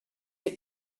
that